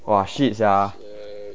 !wah! shit sia